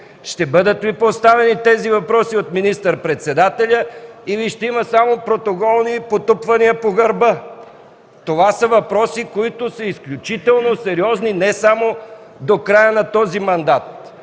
Ще бъдат ли поставени тези въпроси от министър-председателя, или ще има само протоколни потупвания по гърба? Това са въпроси, които са изключително сериозни не само до края на този мандат.